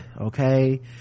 okay